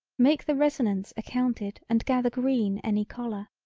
make the resonance accounted and gather green any collar.